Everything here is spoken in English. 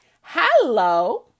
hello